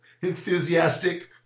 enthusiastic